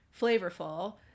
flavorful